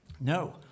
No